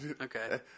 okay